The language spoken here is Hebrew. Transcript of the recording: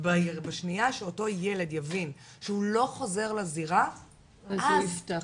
בשנייה שאותו ילד יבין שהוא לא חוזר לזירה - אז הוא ייפתח.